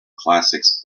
classics